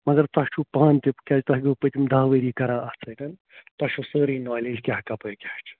مگر تۄہہِ چھُو پانہٕ تہِ کیٛازِ تۄہہِ گوٚو پٔتِم دَہ ؤری کَران اَتھ سۭتۍ تۄہہِ چھُو سٲرٕے نالیج کیٛاہ کَپٲرۍ کیٛاہ چھِ